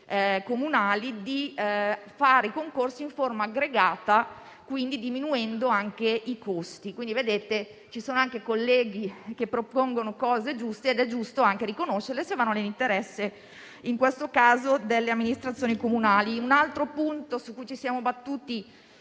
comunali di fare i concorsi in forma aggregata, diminuendo i costi. Quindi, vedete che ci sono anche colleghi che propongono cose giuste e occorre riconoscerle se vanno nell'interesse in questo caso delle amministrazioni comunali. Un altro punto su cui ci siamo battuti